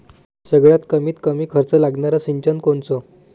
सगळ्यात कमीत कमी खर्च लागनारं सिंचन कोनचं?